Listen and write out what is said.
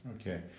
Okay